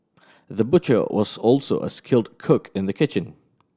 the butcher was also a skilled cook in the kitchen